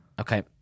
Okay